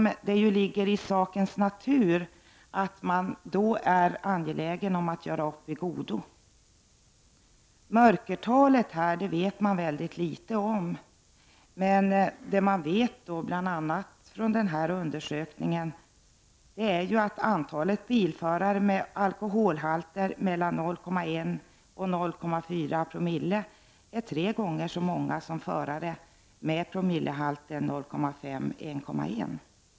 Det ligger ju i sakens natur att man i det senare fallet är angelägen om att göra upp i godo. Mörkertalet vet man mycket litet om, men den här undersökningen ger vid handen att antalet bilförare med alkoholhalter mellan 0,1 och 0,4 Zoe är tre gånger så stort som antalet förare med promillehalter mellan 0,5 och 1,1.